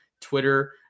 Twitter